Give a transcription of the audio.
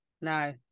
No